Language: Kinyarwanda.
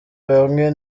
bamwe